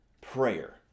prayer